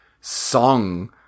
song